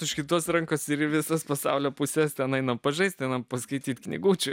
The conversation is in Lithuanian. už kitas rankas ir visos pasaulio pusės ten einame pažaisti anam paskaityti knygučių